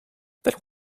that